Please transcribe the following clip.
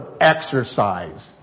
exercise